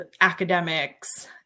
academics